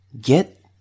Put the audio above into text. Get